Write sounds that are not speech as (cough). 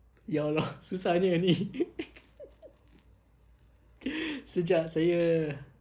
ya allah (laughs) susahnya ini (laughs) (breath) sejak saya